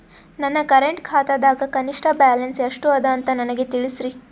ನನ್ನ ಕರೆಂಟ್ ಖಾತಾದಾಗ ಕನಿಷ್ಠ ಬ್ಯಾಲೆನ್ಸ್ ಎಷ್ಟು ಅದ ಅಂತ ನನಗ ತಿಳಸ್ರಿ